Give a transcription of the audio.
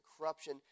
corruption